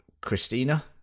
Christina